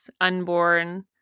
unborn